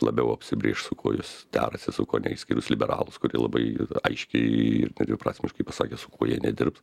labiau apsibrėž su kuo jis derasi su kuo ne išskyrus liberalūs kurei labai aiškiai ir nedviprasmiškai pasakė su kuo jie nedirbs